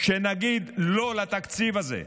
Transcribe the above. נגיד לא לתקציב הזה.